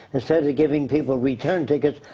instead of giving people return tickets,